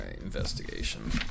investigation